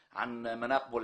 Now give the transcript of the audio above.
אף אחד לא טיפל בו,